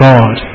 God